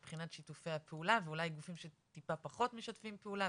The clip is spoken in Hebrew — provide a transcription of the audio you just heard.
מבחינת שיתופי הפעולה ואולי גופים שטיפה פחות משתפים פעולה,